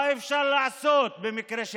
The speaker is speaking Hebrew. מה אפשר לעשות במקרה כזה?